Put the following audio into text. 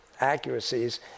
accuracies